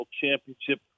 Championship